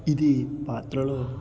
ఇది పాత్రలో